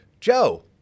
Joe